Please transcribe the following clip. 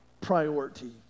priority